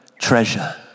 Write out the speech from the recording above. treasure